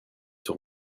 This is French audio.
sur